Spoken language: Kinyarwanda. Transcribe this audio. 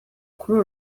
kuri